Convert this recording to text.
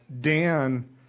Dan